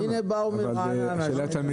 מרעננה?